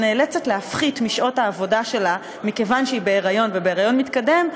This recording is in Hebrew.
שנאלצת להפחית משעות העבודה שלה מכיוון שהיא בהיריון ובהיריון מתקדם,